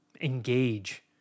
engage